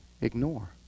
ignore